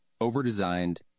over-designed